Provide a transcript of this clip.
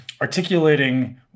articulating